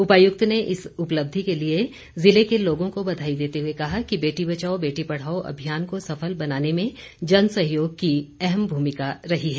उपायुक्त ने इस उपलब्धि के लिए जिले के लोगों को बधाई देते हुए कहा कि बेटी बचाओ बेटी पढ़ाओ अभियान को सफल बनाने में जन सहयोग की अहम भूमिका रही है